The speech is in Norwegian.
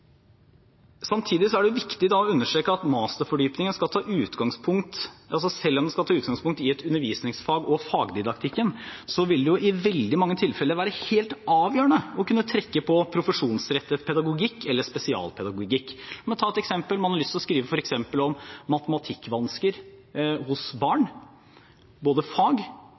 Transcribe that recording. er det viktig da å understreke at selv om masterfordypningen skal ta utgangspunkt i et undervisningsfag og fagdidaktikken, vil det i veldig mange tilfeller være helt avgjørende å kunne trekke på profesjonsrettet pedagogikk eller spesialpedagogikk. Ta et eksempel: Man har lyst til å skrive f.eks. om matematikkvansker hos barn – det er både fag